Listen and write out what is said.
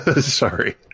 Sorry